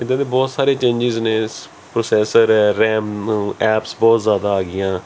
ਇਹਦੇ 'ਚ ਬਹੁਤ ਸਾਰੇ ਚੇਂਜਸ ਨੇ ਪ੍ਰੋਸੈਸਰ ਹੈ ਰੈ ਰੈਮ ਐਪਸ ਬਹੁਤ ਜ਼ਿਆਦਾ ਆ ਗਈਆਂ